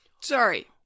Sorry